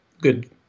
good